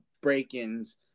Break-ins